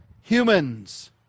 Humans